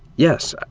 yes.